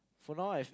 for now I've